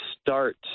start